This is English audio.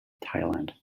thailand